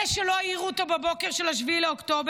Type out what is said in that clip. אלה שלא העירו אותו בבוקר של 7 באוקטובר,